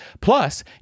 Plus